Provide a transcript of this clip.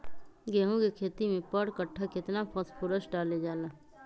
गेंहू के खेती में पर कट्ठा केतना फास्फोरस डाले जाला?